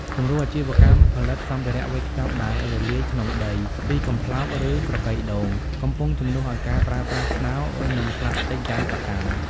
គំរូអាជីវកម្មផលិតសម្ភារៈវេចខ្ចប់ដែលរលាយក្នុងដី ពីកំប្លោក ឬស្រកីដូង កំពុងជំនួសឱ្យការប្រើប្រាស់ស្នោ និងប្លាស្ទិកយ៉ាងសកម្ម។